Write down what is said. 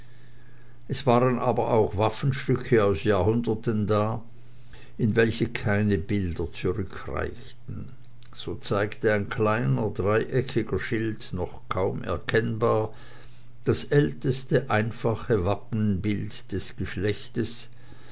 es waren auch waffenstücke aus jahrhunderten da in welche keine bilder zurückreichten so zeigte ein kleiner dreieckiger schild noch kaum erkennbar das älteste einfache wappenbild des geschlechtes